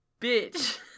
bitch